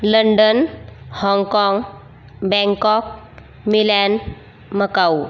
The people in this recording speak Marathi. लंडन हाँगकाँग बँकॉक मिलॅन मकाऊ